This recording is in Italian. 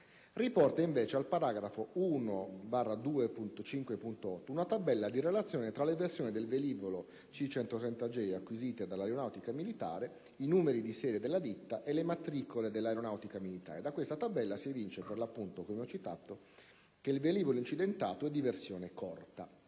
riporta, invece, al paragrafo 1-2.5.8. una tabella di relazione tra le versioni del velivolo C-130J acquisite dall'aeronautica militare, i numeri di serie della ditta e le matricole dell'aeronautica militare: da questa tabella si evince, per l'appunto, che il velivolo incidentato è di versione corta.